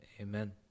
Amen